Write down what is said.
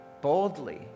boldly